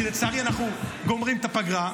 כי לצערי אנחנו גומרים את הפגרה,